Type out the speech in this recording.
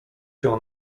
się